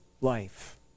life